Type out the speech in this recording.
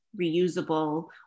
reusable